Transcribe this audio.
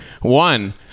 One